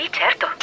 certo